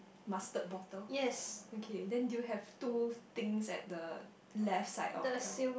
mustard bottle okay then you have two things at the left side of the